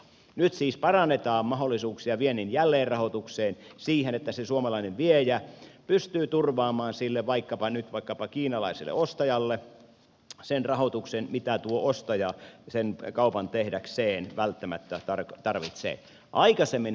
nyt siis parannetaan mahdollisuuksia viennin jälleenrahoitukseen siihen että se suomalainen viejä pystyy turvaamaan vaikkapa nyt sille kiinalaiselle ostajalle sen rahoituksen mitä tuo ostaja sen kaupan tehdäkseen välttämättä tarvitsee